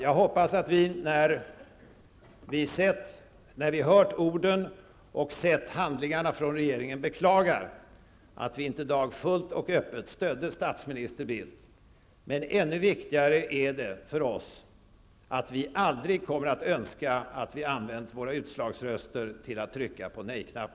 Jag hoppas att vi när vi hört orden och sett handlingarna från regeringen beklagar att vi i dag inte fullt och öppet stödde statsminister Bildt. Men ännu viktigare är det för oss att vi aldrig kommer att önska att vi hade använt våra utslagsröster till att rösta nej. Tack!